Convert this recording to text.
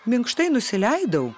minkštai nusileidau